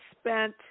spent